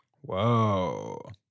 Whoa